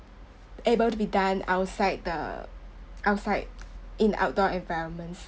able to be done outside the outside in the outdoor environments